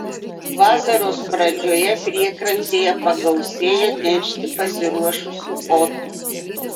vasaros pradžioje priekrantėje pagausėja neršti pasiruošusių otų